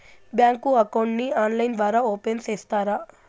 Bank account ని online ద్వారా open సేస్తారా?